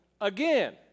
again